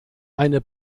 eine